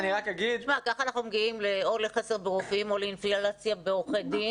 כך אנחנו מגיעים או לחסר ברופאים או לאינפלציה בעורכי דין